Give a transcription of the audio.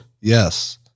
yes